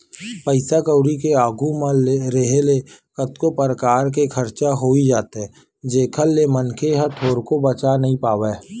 पइसा कउड़ी के आघू म रेहे ले कतको परकार के खरचा होई जाथे जेखर ले मनखे ह थोरको बचा नइ पावय